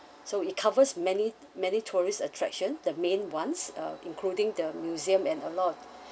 so it covers many many tourist attraction the main ones uh including the museum and a lot